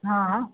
हँ